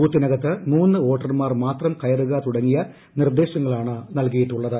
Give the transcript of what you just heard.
ബൂത്തിനകത്ത് മൂന്ന് വോട്ടർമാർ മാത്രം കയറുക തുടങ്ങിയ നിർദേശങ്ങളാണ് നൽകിയിട്ടുള്ളത്